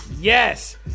Yes